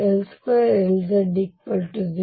L2 Lz 0